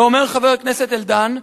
ואומר חבר הכנסת ארדן,